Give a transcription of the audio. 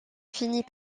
finit